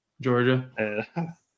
Georgia